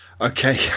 Okay